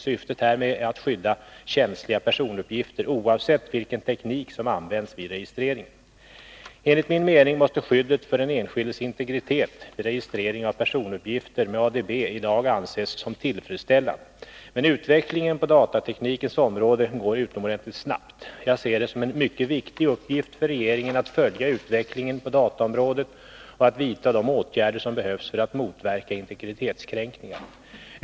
Syftet härmed är att skydda känsliga personuppgifter oavsett vilken teknik som används vid registreringen. Enligt min mening måste skyddet för den enskildes integritet vid registrering av personuppgifter med ADB i dag anses som tillfredsställande. Men utvecklingen på datateknikens område går utomordentligt snabbt. Jag ser det som en mycket viktig uppgift för regeringen att följa utvecklingen på dataområdet och att vidta de åtgärder som behövs för att motverka integritetskränkningar.